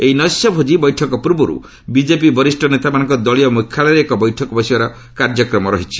ଏହି ନୈଶ ଭୋଜି ବୈଠକ ପୂର୍ବରୁ ବିଜେପି ବରିଷ୍ଠ ନେତାମାନଙ୍କ ଦଳୀୟ ମୁଖ୍ୟାଳୟରେ ଏକ ବୈଠକ ବସିବାର କାର୍ଯ୍ୟକ୍ରମ ରହିଛି